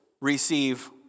receive